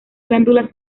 glándulas